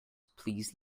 please